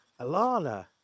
Alana